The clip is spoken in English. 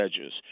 edges